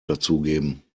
dazugeben